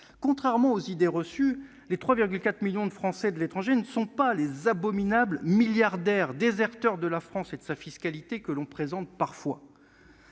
Contrairement aux idées reçues, les 3,4 millions de Français de l'étranger ne sont pas les abominables milliardaires déserteurs de la France et de sa fiscalité que l'on présente parfois.